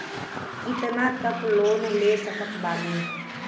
कितना तक लोन ले सकत बानी?